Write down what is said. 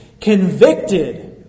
Convicted